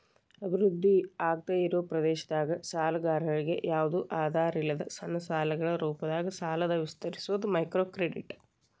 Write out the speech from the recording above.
ಅಭಿವೃದ್ಧಿ ಆಗ್ದಾಇರೋ ಪ್ರದೇಶದಾಗ ಸಾಲಗಾರರಿಗಿ ಯಾವ್ದು ಆಧಾರಿಲ್ಲದ ಸಣ್ಣ ಸಾಲಗಳ ರೂಪದಾಗ ಸಾಲನ ವಿಸ್ತರಿಸೋದ ಮೈಕ್ರೋಕ್ರೆಡಿಟ್